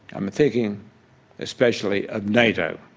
i'm thinking especially of nato.